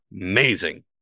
Amazing